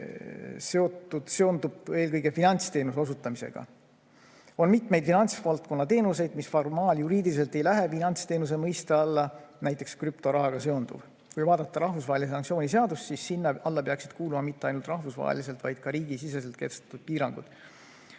termin seondub eelkõige finantsteenuse osutamisega. On mitmeid finantsvaldkonna teenuseid, mis formaaljuriidiliselt ei lähe finantsteenuse mõiste alla, näiteks krüptorahaga seonduv. Kui vaadata rahvusvahelise sanktsiooni seadust, siis sinna alla peaksid kuuluma mitte ainult rahvusvaheliselt, vaid ka riigisiseselt kehtestatud piirangud.